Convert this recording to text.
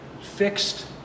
fixed